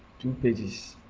two pages,